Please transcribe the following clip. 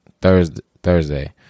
Thursday